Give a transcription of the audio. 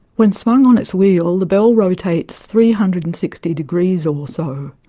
when swung on its wheel the bell rotates three hundred and sixty degrees or so.